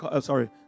sorry